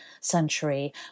century